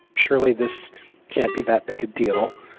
surely this can't be that big a deal.